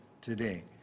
today